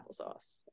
applesauce